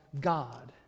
God